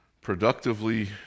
productively